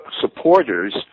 supporters